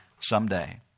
someday